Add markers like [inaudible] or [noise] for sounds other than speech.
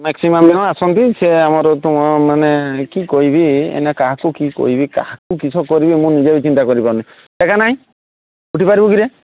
maximum ଦିନ ଆସନ୍ତି ସେ ଆମର [unintelligible] ମାନେ କି କହିବି ଏଇନା କାହାକୁ କି କହିବି କାହାକୁ କିସ କରିବି ମୁଁ ନିଜେ ବି ଚିନ୍ତା କରିପାରୁନି ଜାଗା ନାହିଁ ଉଠିପାରିବୁ କିରେ